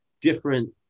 different